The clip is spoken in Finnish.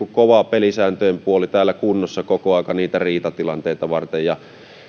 pelisääntöjen kova puoli kunnossa koko ajan niitä riitatilanteista varten